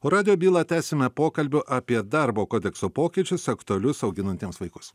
o radijo bylą tęsiame pokalbiu apie darbo kodekso pokyčius aktualius auginantiems vaikus